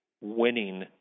winning